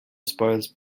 spoils